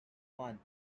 one